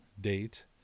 date